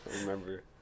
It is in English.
remember